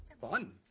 Fun